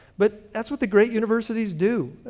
but that's what the great universities do.